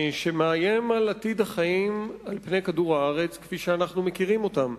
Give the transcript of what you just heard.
שמאיים על עתיד החיים על פני כדור-הארץ כפי שאנחנו מכירים אותם.